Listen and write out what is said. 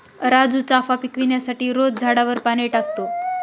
राजू चाफा पिकवण्यासाठी रोज झाडावर पाणी टाकतो